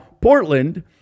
Portland